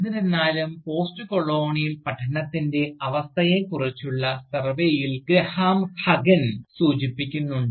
എന്നിരുന്നാലും പോസ്റ്റ്കൊളോണിയൽ പഠനത്തിൻറെ അവസ്ഥയെക്കുറിച്ചുള്ള സർവേയിൽ ഗ്രഹാം ഹഗ്ഗൻ സൂചിപ്പിക്കുന്നുണ്ട്